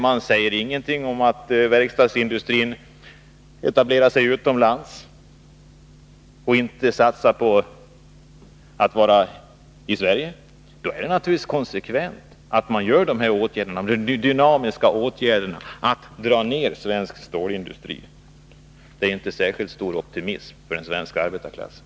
Man säger ingenting om att verkstadsindustrin etablerar sig utomlands och inte satsar på att vara i Sverige. Då är det naturligtvis konsekvent att vidta ”dynamiska” ågärder, att göra neddragningar inom svensk stålindustri. Det är inte särskilt stor optimism för den svenska arbetarklassen!